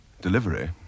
delivery